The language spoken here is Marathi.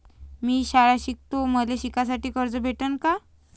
मी शाळा शिकतो, मले शिकासाठी कर्ज भेटन का?